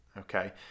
Okay